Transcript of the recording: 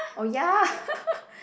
oh ya